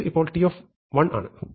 ഇത് ഇപ്പോൾ t ആണ്